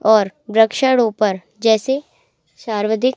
और वृक्षारोपण जैसे सार्वधिक